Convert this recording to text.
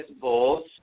Bulls